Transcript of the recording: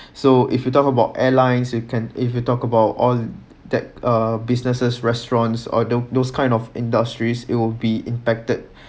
so if you talk about airlines you can if you talk about all that uh businesses restaurants or tho~ those kind of industries it will be impacted